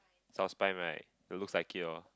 South Spine right don't looks like it oh